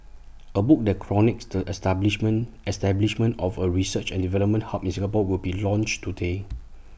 A book that chronicles the establishment establishment of A research and development hub in Singapore will be launched today